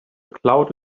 cloud